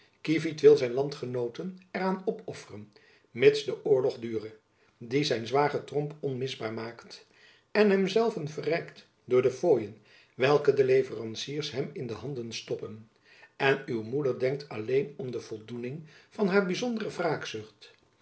kievit wil zijn landgenooten er aan opofferen mids de oorlog dure die zijn zwager tromp onmisbaar maakt en hem zelven verrijkt door de fooien welke de leveranciers hem in de handen stoppen en uw moeder denkt alleen om de voldoening van haar byzondere